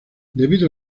debido